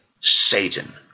Satan